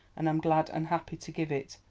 and am glad and happy to give it.